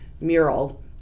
mural